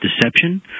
deception